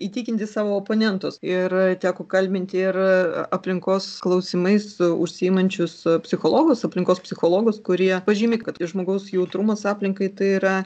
įtikinti savo oponentus ir teko kalbinti ir aplinkos klausimais užsiimančius psichologus aplinkos psichologus kurie pažymi kad žmogaus jautrumas aplinkai tai yra